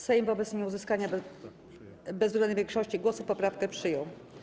Sejm wobec nieuzyskania bezwzględnej większości głosów poprawkę przyjął.